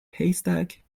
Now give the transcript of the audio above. haystack